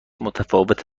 متفاوت